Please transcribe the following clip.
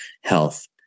health